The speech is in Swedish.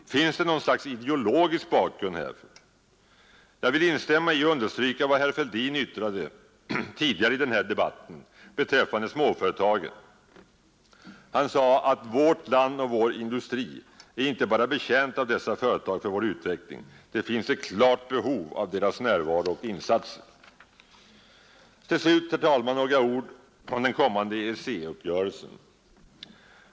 Finns det något slags ideologisk bakgrund härför? Jag vill instämma i och understryka vad herr Fälldin yttrade beträffande småföretagen tidigare i denna debatt: ”Vårt land och vår industri är icke bara betjänta av dessa företag för vår utveckling. Det finns ett klart behov av deras närvaro och insatser.” Till slut, herr talman, några ord om den kommande EEC-uppgörelsen.